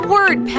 Word